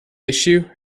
issue